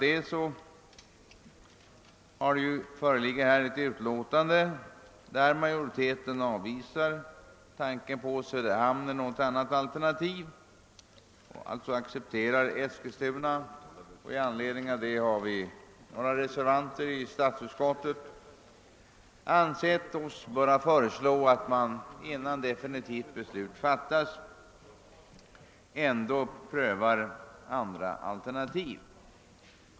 Utskottet avvisar emellertid tanken på Söderhamn eller något annat alternativ och accepterar Eskilstuna. Vi är emellertid några ledamöter av utskottet som i en reservation ansett oss böra föreslå att man, innan definitivt beslut fattas, ändock bör pröva andra alternativ.